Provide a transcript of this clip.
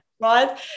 right